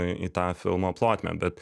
į tą filmo plotmę bet